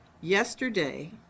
Yesterday